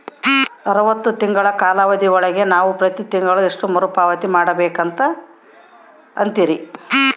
ಅರವತ್ತು ತಿಂಗಳ ಕಾಲಾವಧಿ ಒಳಗ ನಾವು ಪ್ರತಿ ತಿಂಗಳು ಎಷ್ಟು ಮರುಪಾವತಿ ಮಾಡಬೇಕು ಅಂತೇರಿ?